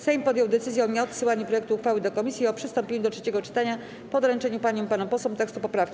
Sejm podjął decyzję o nieodsyłaniu projektu uchwały do komisji i o przystąpieniu do trzeciego czytania po doręczeniu paniom i panom posłom tekstu poprawki.